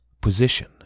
position